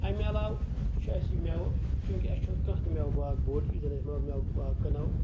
اَمہِ علاوٕ چھُ اَسہِ یہِ میوٕ چوٗنکہِ اَسہِ چھُ نہٕ کانہہ تہِ میوٕ باغ بوٚڑ یُس زَن أسۍ میوٕ باغ کٕنو